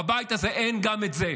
בבית הזה אין גם את זה.